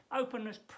openness